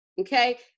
okay